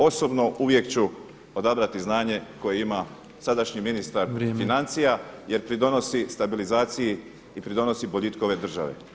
Osobno uvijek ću odabrati znanje koje ima sadašnji ministar financija [[Upadica predsjednik: Vrijeme.]] jer pridonosi stabilizaciji i pridonosi boljitku ove države.